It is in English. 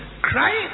Crying